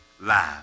live